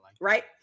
Right